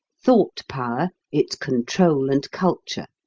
thought power its control and culture.